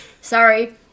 Sorry